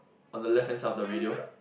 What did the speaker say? on the left hand side of the radio